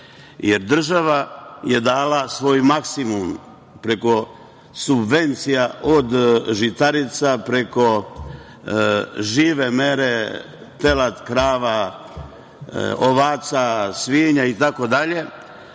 jer država je dala svoj maksimum preko subvencija od žitarica, preko žive mere krava, ovaca, svinja i